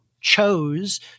chose